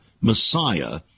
Messiah